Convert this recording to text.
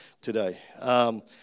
today